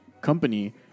company